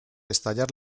estallar